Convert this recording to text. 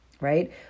right